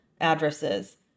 addresses